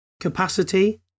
capacity